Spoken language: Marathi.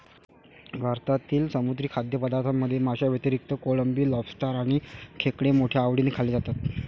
भारतातील समुद्री खाद्यपदार्थांमध्ये माशांव्यतिरिक्त कोळंबी, लॉबस्टर आणि खेकडे मोठ्या आवडीने खाल्ले जातात